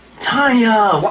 tonya.